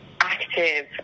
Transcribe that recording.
active